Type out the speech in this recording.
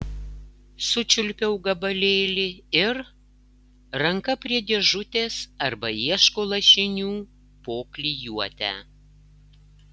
sučiulpiau gabalėlį ir ranka prie dėžutės arba ieško lašinių po klijuotę